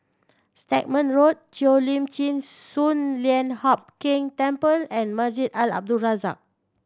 Stagmont Road Cheo Lim Chin Sun Lian Hup Keng Temple and Masjid Al Abdul Razak